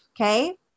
okay